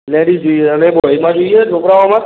ladies જોઈએ અને બોય્સમાં જોઈએ છોકરાઓમાં